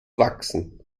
wachsen